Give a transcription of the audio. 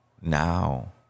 now